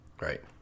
right